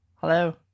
Hello